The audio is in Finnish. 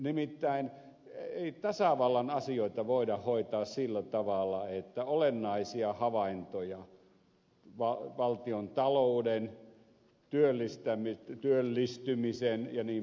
nimittäin ei tasavallan asioita voida hoitaa sillä tavalla että olennaisia havaintoja valtion talouden työllistymisen jnp